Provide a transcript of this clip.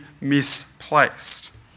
misplaced